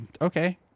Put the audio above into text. okay